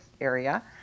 area